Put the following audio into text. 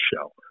show